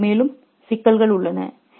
அங்கு மேலும் சிக்கல்கள் உள்ளன